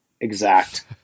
exact